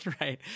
right